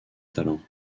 talents